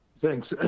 Thanks